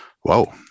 Whoa